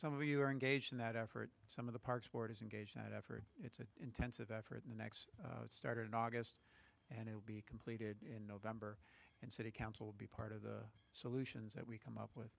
some of you are engaged in that effort some of the parks board is engaged that effort it's an intensive effort the next started in august and it will be completed in november and city council be part of the solutions that we come up with